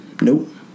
Nope